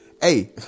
hey